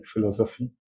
philosophy